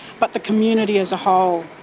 but the community as a whole.